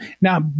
Now